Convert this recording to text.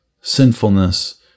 sinfulness